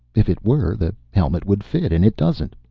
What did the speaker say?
if it were, the helmet would fit, and it doesn't.